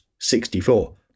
64